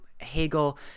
Hegel